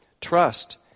trust